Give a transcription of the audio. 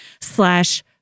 slash